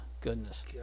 goodness